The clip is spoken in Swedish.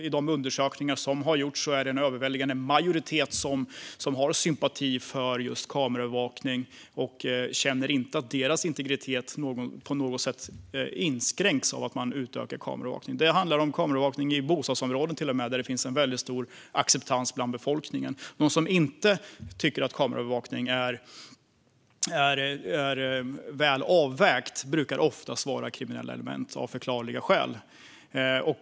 I de undersökningar som har gjorts är det en överväldigande majoritet som har sympati för kameraövervakning och inte känner att deras integritet på något sätt inskränks av att man utökar kameraövervakningen. Det finns hos befolkningen till och med en väldigt stor acceptans för kameraövervakning i bostadsområden. De som inte tycker att kameraövervakning är väl avvägd brukar av förklarliga skäl oftast vara kriminella element.